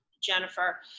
Jennifer